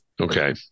okay